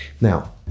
now